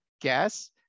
guess